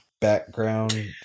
background